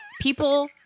People